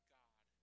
god